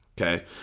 okay